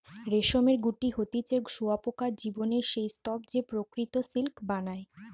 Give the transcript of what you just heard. রেশমের গুটি হতিছে শুঁয়োপোকার জীবনের সেই স্তুপ যে প্রকৃত সিল্ক বানায়